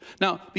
Now